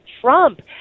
Trump